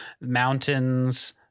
mountains